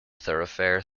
thoroughfare